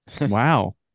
Wow